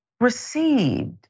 received